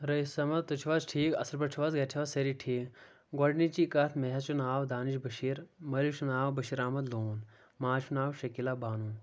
رَعیس احمد تُہۍ چھُو حظ ٹھیٖک اَصٕل پٲٹھۍ چھُ حظ گَرِ چھِوا سٲری ٹھیٖک گۄڈٕنِچی کَتھ مےٚ حظ چھُ ناو دانِش بشیٖر مٲلِس چھُ ناو بشیٖر احمد لون ماجہِ چھُ ناو شَکیٖلا بانوٗ